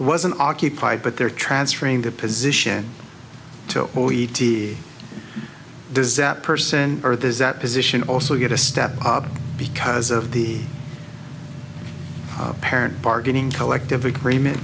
an occupied but they're transferring the position to o e t does that person or there's that position also get a step up because of the parent bargaining collective agreement